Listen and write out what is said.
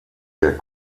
der